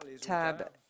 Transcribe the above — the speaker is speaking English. tab